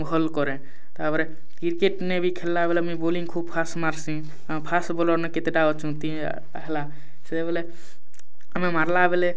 ଭଲ୍ କରେ ତାପରେ କ୍ରିକେଟ୍ ନେ ଖେଳିବା ବେଳେ ମୁଇଁ ବୋଲିଂ ଖୁବ୍ ଫାଷ୍ଟ ମାର୍ସି ଫାଷ୍ଟ ବୋଲର୍ କେତେଟା ଅଛନ୍ତି ହେଲା ସେ ବୋଲେ ଆମେ ମାର୍ଲା ବେଳେ